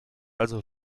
also